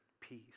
peace